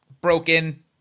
broken